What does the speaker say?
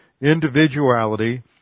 individuality